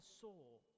soul